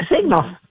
Signal